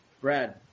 Brad